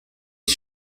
ich